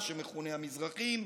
מה שמכונה המזרחים,